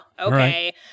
Okay